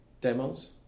demos